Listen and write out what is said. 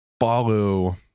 follow